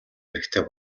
хэрэгтэй